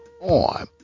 on